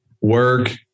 Work